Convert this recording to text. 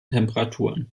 temperaturen